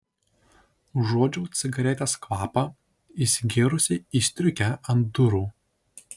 užuodžiau cigaretės kvapą įsigėrusį į striukę ant durų